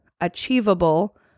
achievable